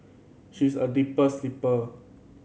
she's a deep sleeper